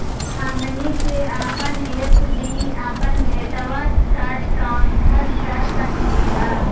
हमनी के अपन एफ.डी अपन बेटवा क ट्रांसफर कर सकली हो?